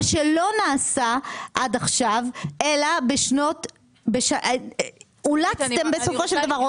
מה שלא נעשה עד עכשיו אלא אולצתם בסופו של דבר,